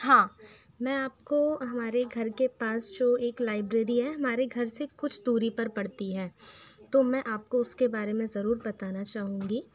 हाँ मैं आपको हमारे घर के पास जो एक लाइब्रेरी है हमारे घर से कुछ दूरी पर पड़ती है तो मैं आपको उसके बारे में ज़रूर बताना चाहूँगी